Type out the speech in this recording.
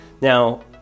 Now